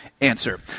answer